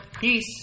peace